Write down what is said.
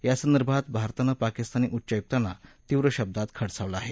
यासंदर्भात भारतानं पाकिस्तानी उच्चायुक्तांना तीव्र शब्दात खडसावलं आहे